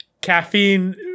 caffeine